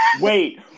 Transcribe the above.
wait